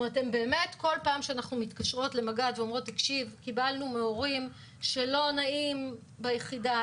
בכל פעם שאנחנו מתקשרות למג"ד ואומרות שקיבלנו מהורים שלא נעים ביחידה,